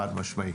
חד משמעי.